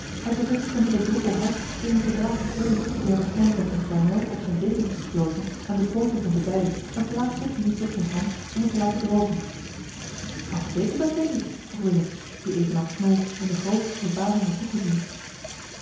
hij bevestigde met een droppel hars eenige draadjes wol die hij waarschijnlijk uit zijn flanel of zijne dekens had geplozen aan de pooten van de bij en plaatste het diertje op zijne hand om het te laten drogen wat beteekent dat jacky vroeg willem die evenals knol in de grootste verbazing had toegezien